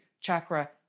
chakra